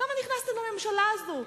למה נכנסתם לממשלה הזאת?